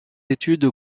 études